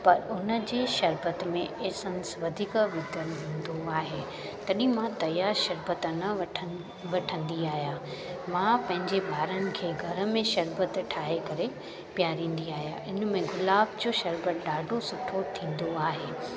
पर हुनजे शरबत में एसेंस वधीक निकिरंदो आहे तॾहिं मां तयार शरबत न वठ वठंदी आहियां मां पंहिंजे ॿारनि खे घर में शरबत ठाहे करे पीआरींदी आहियां हिन में गुलाब जो शरबत ॾाढो सुठो थींदो आहे